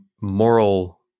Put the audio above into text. moral